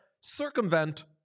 circumvent